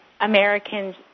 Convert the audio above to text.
Americans